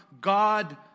God